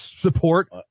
support